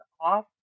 off